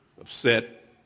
upset